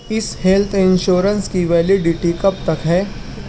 اِس health insurance کی validity کب تک ہے